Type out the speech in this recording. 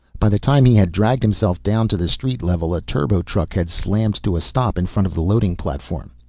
by the time he had dragged himself down to the street level a turbo-truck had slammed to a stop in front of the loading platform.